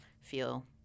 feel